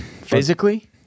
Physically